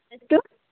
ಎಷ್ಟು